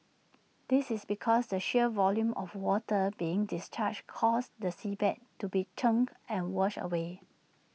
this is because the sheer volume of water being discharged causes the seabed to be churned and washed away